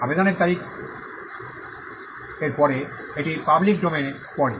আবেদনের তারিখ এর পরে এটি পাবলিক ডোমেনে পড়ে